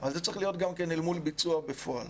זה צריך להיות אל מול ביצוע בפועל.